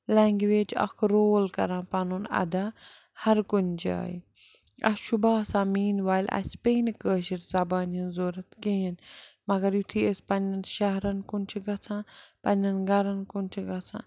language اَکھ رول کَران پَنُن اَدا ہر کُنہِ جایہِ اَسہِ چھُ باسان میٖنوایِل اَسہِ پیٚیہِ نہٕ کٲشٕر زبانہِ ہِنٛز ضوٚرَتھ کِہیٖنۍ مگر یُتھُے أسۍ پنٛنٮ۪ن شہرَن کُن چھِ گژھان پنٛنٮ۪ن گَرَن کُن چھِ گژھان